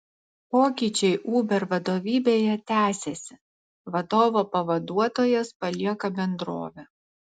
pokyčiai uber vadovybėje tęsiasi vadovo pavaduotojas palieka bendrovę